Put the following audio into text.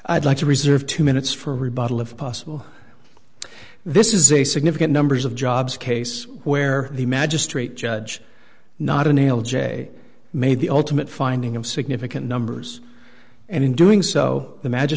i'd like to reserve two minutes for rebuttal if possible this is a significant numbers of jobs case where the magistrate judge not a nail jay made the ultimate finding of significant numbers and in doing so the magi